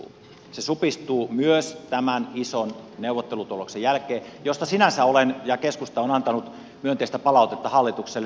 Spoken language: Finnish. se supistuu myös tämän ison neuvottelutuloksen jälkeen josta sinänsä olen ja keskusta on antanut myönteistä palautetta hallitukselle